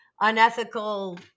unethical